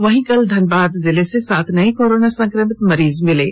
वहीं कल धनबाद जिले से सात नए कोरोना संक्रमित मरीज भी मिले हैं